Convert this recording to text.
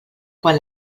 quan